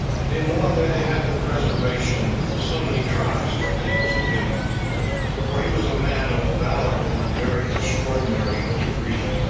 and in one that had the preservation of so many tribes committed to him for he was a man of valor in a very extraordinary degree,